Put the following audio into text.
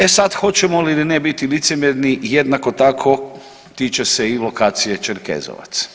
E sad, hoćemo li ili ne biti licemjerni jednako tako tiče se i lokacije Čerkezovac.